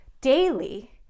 daily